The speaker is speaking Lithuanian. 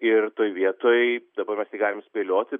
ir toj vietoj dabar mes tik galim spėlioti